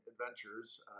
adventures